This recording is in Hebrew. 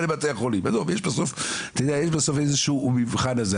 בסוף יש מבחן על זה,